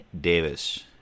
Davis